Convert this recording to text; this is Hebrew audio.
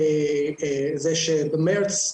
שבמארס,